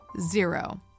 Zero